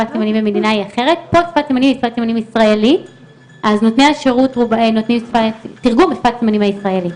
נותני השירות נותנים תרגום בשפת הסימנים הישראלית.